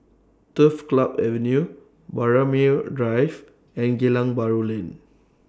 Turf Club Avenue Braemar Drive and Geylang Bahru Lane